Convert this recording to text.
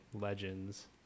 legends